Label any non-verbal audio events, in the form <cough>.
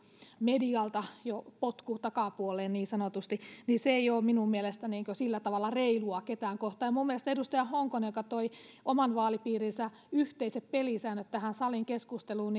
medialta jo tämmöinen potku takapuoleen niin sanotusti ja se ei ole minun mielestäni sillä tavalla reilua ketään kohtaan minun mielestäni on kyllä erittäin mielenkiintoista kun edustaja honkonen toi oman vaalipiirinsä yhteiset pelisäännöt tähän salin keskusteluun <unintelligible>